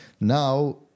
now